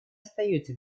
остаются